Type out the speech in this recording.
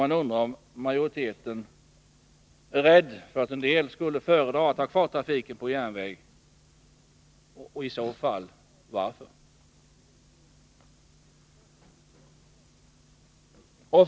Man undrar om majoriteten är rädd för att en del skulle föredra att ha kvar trafiken på järnväg och i så falljvarför.